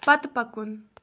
پَتہٕ پَکُن